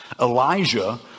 Elijah